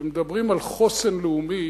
כשמדברים על חוסן לאומי